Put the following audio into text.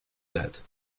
that